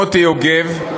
מוטי יוגב,